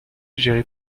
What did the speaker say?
gérée